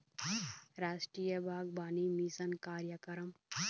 रास्टीय बागबानी मिसन कार्यकरम